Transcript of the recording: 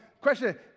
Question